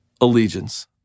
allegiance